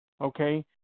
okay